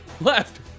Left